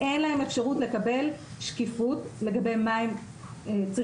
אין להם אפשרות לקבל שקיפות לגבי מה הם צריכים